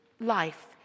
Life